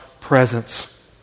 presence